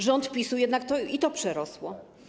Rząd PiS-u jednak i to przerosło.